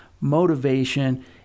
motivation